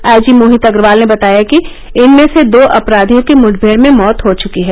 IG Mohit Agarwal ने बताया कि इनमें से दो अपराधियों की मुठमेड़ में मौत हो चुकी है